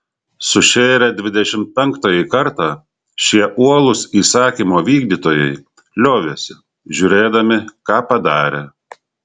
sušėrę dvidešimt penktąjį kartą šie uolūs įsakymo vykdytojai liovėsi žiūrėdami ką padarę